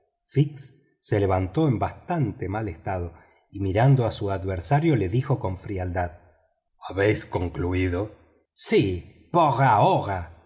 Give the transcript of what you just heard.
se levantó en bastante mal estado y mirando a su adversario le dijo con frialdad habéis concluido sí por ahora